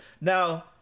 Now